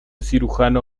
cirujano